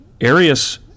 Arius